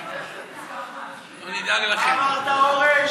מה אמרת, אורן?